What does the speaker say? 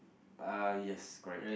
uh yes correct